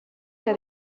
que